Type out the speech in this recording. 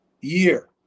year